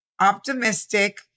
optimistic